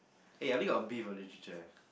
hey I only got B for literature eh